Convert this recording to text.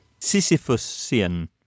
Sisyphusian